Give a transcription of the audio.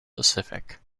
pacific